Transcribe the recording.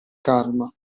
calma